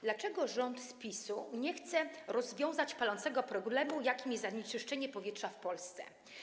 Dlaczego rząd PiS-u nie chce rozwiązać palącego problemu, jakim jest zanieczyszczenie powietrza w Polsce?